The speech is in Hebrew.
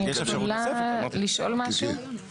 אני יכולה רגע לשאול משהו?